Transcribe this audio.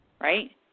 right